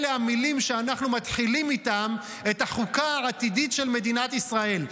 אלה המילים שאנחנו מתחילים איתן את החוקה העתידית של מדינת ישראל: